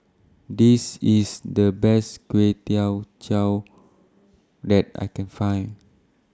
This IS The Best Kway Teow that I Can Find